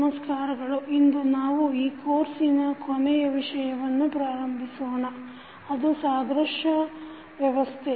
ನಮಸ್ಕಾರಗಳು ಇಂದು ನಾವು ಈ ಕೋರ್ಸಿನ ಕೊನೆಯ ವಿಷಯವನ್ನು ಪ್ರಾರಂಭಿಸೋಣ ಅದು ಸಾದೃಶ್ಯ ವ್ಯವಸ್ಥೆ